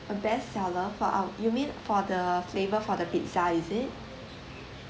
a best seller for our you mean for the flavor for the pizza is it